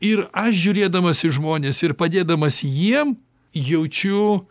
ir aš žiūrėdamas į žmones ir padėdamas jiem jaučiu